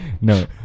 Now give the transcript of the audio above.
No